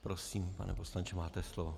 Prosím, pane poslanče, máte slovo.